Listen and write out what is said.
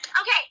Okay